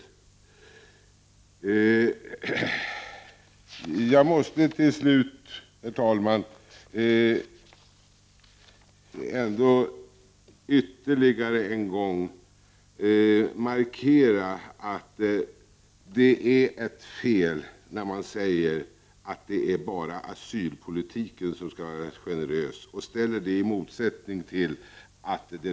Till slut måste jag, herr talman, ytterligare en gång markera att det är fel att säga att det bara är asylpolitiken som skall vara generös och att tala om ett motsatsförhållande.